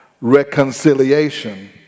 Reconciliation